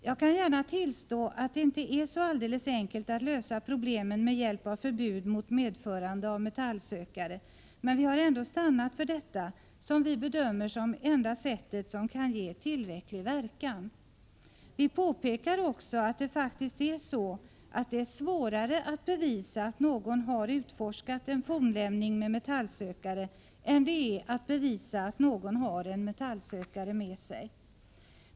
Jag kan gärna tillstå att det inte är så alldeles enkelt att lösa problemen med hjälp av förbud mot medförande av metallsökare, men vi har ändå stannat för detta, som vi bedömer vara det enda sättet som kan ge tillräcklig verkan. Vi påpekar också att det faktiskt är så, att det är svårare att bevisa att någon har utforskat en fornlämning med metallsökare än det är att bevisa att någon har en metallsökare med sig.